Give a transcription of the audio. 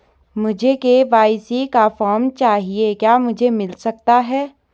मुझे के.वाई.सी का फॉर्म चाहिए क्या मुझे मिल सकता है?